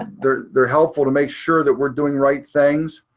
and they're they're helpful to make sure that we're doing right things,